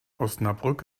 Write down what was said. osnabrück